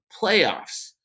playoffs